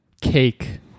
cake